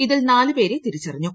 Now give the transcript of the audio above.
ഇതിൽ നാല് പേരെ തിരിച്ചറിഞ്ഞു